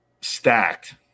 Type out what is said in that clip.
stacked